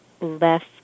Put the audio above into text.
left